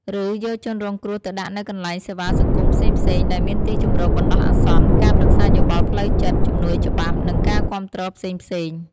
ឬយកជនរងគ្រោះទៅដាក់នៅកន្លែងសេវាសង្គមផ្សេងៗ ដែលមានទីជម្រកបណ្ដោះអាសន្ន ការប្រឹក្សាយោបល់ផ្លូវចិត្ត ជំនួយច្បាប់ និងការគាំទ្រផ្សេងៗ។